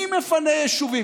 מי מפנה יישובים?